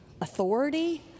authority